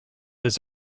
his